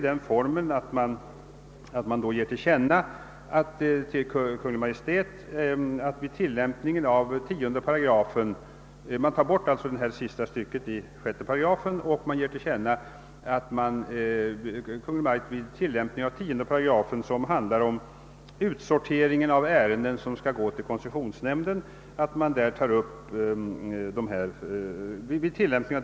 Där innebär utskottets hemställan att sista stycket i 6 § utgår och att Kungl. Maj:t vid tillämpningen av 10 §, som handlar om utsorteringen av de ärenden som skall gå till koncessions nämnden, också tar upp trafikfrågorna.